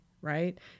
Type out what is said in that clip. right